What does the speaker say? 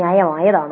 "